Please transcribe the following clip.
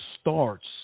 starts